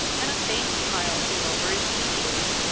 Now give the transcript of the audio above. and a faint smile came over his features,